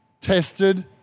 tested